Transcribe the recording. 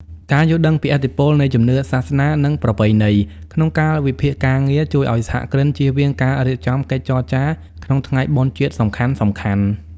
ការយល់ដឹងពីឥទ្ធិពលនៃ "ជំនឿសាសនា និងប្រពៃណី" ក្នុងកាលវិភាគការងារ ជួយឱ្យសហគ្រិនជៀសវាងការរៀបចំកិច្ចចរចាក្នុងថ្ងៃបុណ្យជាតិសំខាន់ៗ។